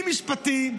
אם משפטי,